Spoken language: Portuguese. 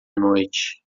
noite